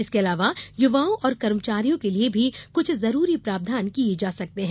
इसका अलावा युवाओं और कर्मचारियों के लिए भी कुछ जरूरी प्रावधान किये जा सकते है